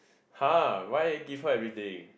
!huh! why give her everything